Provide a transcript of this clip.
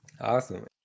Awesome